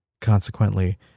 consequently